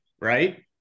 right